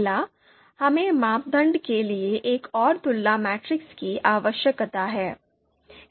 अगला हमें मापदंड के लिए एक और तुलना मैट्रिक्स की आवश्यकता है